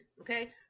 okay